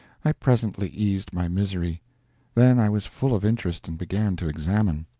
i presently eased my misery then i was full of interest, and began to examine.